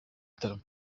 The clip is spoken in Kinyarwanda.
gitaramo